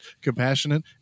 compassionate